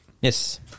Yes